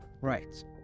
Right